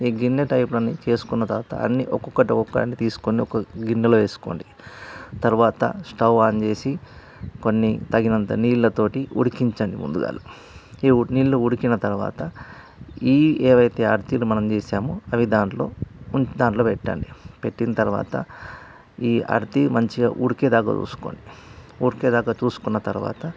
ఈ గిన్నె టైప్లో చేసుకున్న తరువాత అన్నీ ఒక్కొక్కటి ఒక్కదాన్ని తీసుకోండి ఒక గిన్నెలో వేసుకోండి తరువాత స్టవ్ ఆన్ చేసి కొన్ని తగినంత నీళ్ళతోటి ఉడికించండి ముందుగాల ఈ ఉడి ఈ నీళ్ళు ఉడికిన తరువాత ఈ ఏవైతే అర్తీలు మనం చేసామో అవి దాంట్లో దాంట్లో పెట్టండి పెట్టిన తరువాత ఈ అర్తి మంచిగా ఉడికేదాకా చూసుకోండి ఉడికేదాకా చూసుకున్న తరువాత